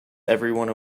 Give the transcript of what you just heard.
everyone